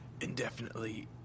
Indefinitely